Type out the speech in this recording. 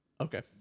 Okay